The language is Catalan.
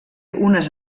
unes